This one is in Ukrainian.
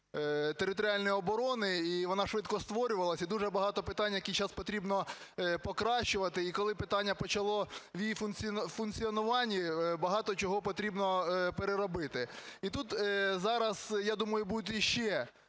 територіальної оборони і вона швидко створювалася, і дуже багато питань, які зараз потрібно покращувати. І коли питання почало, її функціонування, багато чого потрібно переробити. І тут зараз, я думаю, будуть ще